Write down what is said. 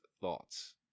thoughts